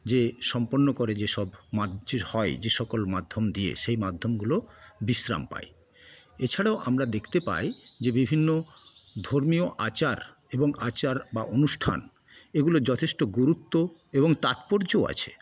যে সম্পন্ন করে যে সব হয় যে সকল মাধ্যম দিয়ে সেই মাধ্যমগুলো বিশ্রাম পায় এছাড়াও আমরা দেখতে পাই যে বিভিন্ন ধর্মীয় আচার এবং আচার বা অনুষ্ঠান এগুলোর যথেষ্ট গুরুত্ব এবং তাৎপর্য আছে